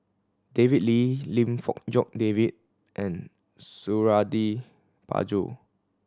David Lee Lim Fong Jock David and Suradi Parjo